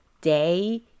day